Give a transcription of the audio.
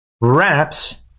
wraps